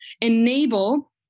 enable